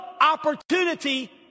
opportunity